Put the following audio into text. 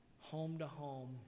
home-to-home